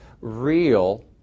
real